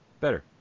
Better